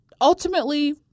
ultimately